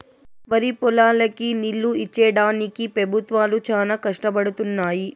వరిపొలాలకి నీళ్ళు ఇచ్చేడానికి పెబుత్వాలు చానా కష్టపడుతున్నయ్యి